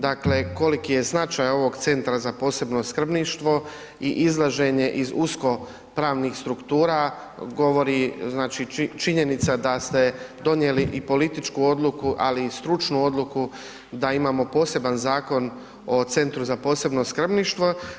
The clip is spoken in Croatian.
Dakle koliki je značaj ovog Centra za posebno skrbništvo i izlaženje iz usko pravnih struktura govori činjenica da ste donijeli političku odluku, ali i stručnu odluku da imamo poseban zakon o Centru za posebno skrbništvo.